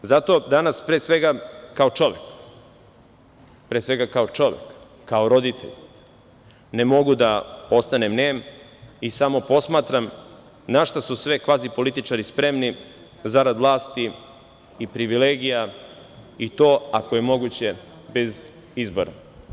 Zato danas, pre svega kao čovek, kao roditelj ne mogu da ostanem nem i samo posmatram, na šta su sve kvazi političari spremni, zarad vlasti i privilegija i to ako je moguće bez izbora.